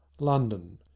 london.